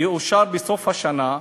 שיאושר בסוף השנה,